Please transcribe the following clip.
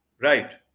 Right